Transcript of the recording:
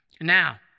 Now